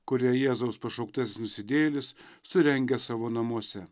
kurioj jėzaus pašauktas nusidėjėlis surengė savo namuose